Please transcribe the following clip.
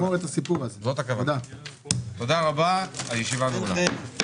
תודה רבה, הישיבה נעולה.